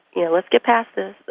you know, let's get past this.